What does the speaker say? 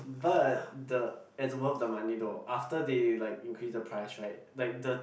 but the it's worth the money though after they like increased the price right like the